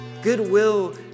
goodwill